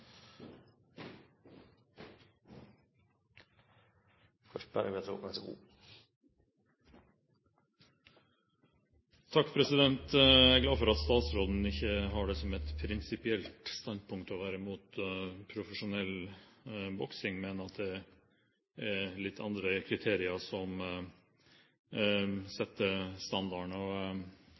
Jeg er glad for at statsråden ikke har det som et prinsipielt standpunkt å være imot profesjonell boksing, men at det er litt andre kriterier som setter standarden.